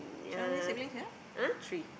so how many siblings you have three